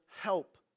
help